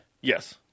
Yes